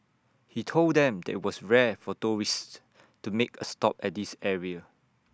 he told them that IT was rare for tourists to make A stop at this area